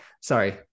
Sorry